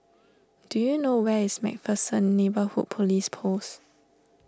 do you know where is MacPherson Neighbourhood Police Post